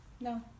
No